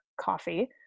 coffee